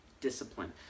discipline